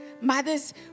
mothers